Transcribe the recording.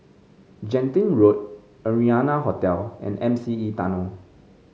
Genting Road Arianna Hotel and M C E Tunnel